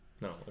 No